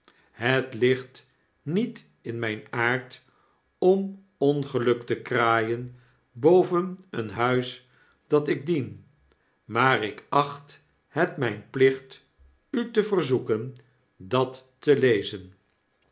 het ligt niet in myn aard om ongeluk te kraaien boven een huis dat ik dien maar ik acht het myn plicht u te verzoeken dat te lezen